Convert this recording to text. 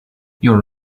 your